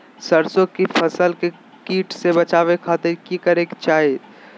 सरसों की फसल के कीट से बचावे खातिर की करे के चाही?